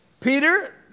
Peter